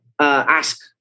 Ask